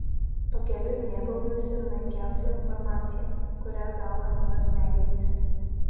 pakeliui mėgaujuosi menkiausia informacija kurią gauna mano smegenys